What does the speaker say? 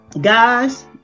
guys